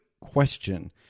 question